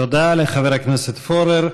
תודה לחבר הכנסת פורר.